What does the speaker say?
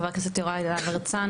חבר הכנסת יוראי להב הרצנו,